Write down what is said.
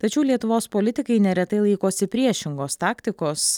tačiau lietuvos politikai neretai laikosi priešingos taktikos